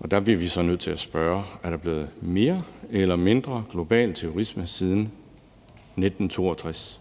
og der bliver vi så nødt til at spørge: Er der blevet mere eller mindre global terrorisme siden 1962?